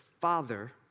Father